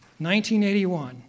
1981